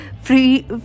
free